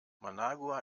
managua